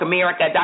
America